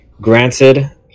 granted